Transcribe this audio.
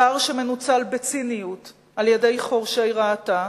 פער שמנוצל בציניות על-ידי חורשי רעתה,